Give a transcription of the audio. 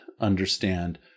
understand